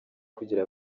kugira